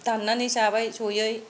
दाननानै जाबाय जयै